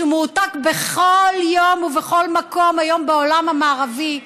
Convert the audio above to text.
שמועתק בכל יום ובכל מקום היום בעולם המערבי,